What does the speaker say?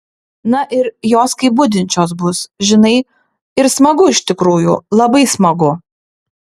na ir jos kaip budinčios bus žinai ir smagu iš tikrųjų labai smagu